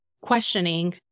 questioning